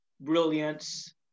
brilliance